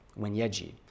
Wenyeji